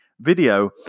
video